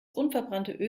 unverbrannte